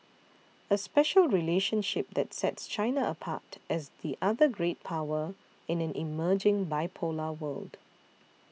a special relationship that sets China apart as the other great power in an emerging bipolar world